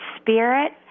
spirit